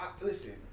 listen